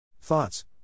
Thoughts